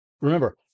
Remember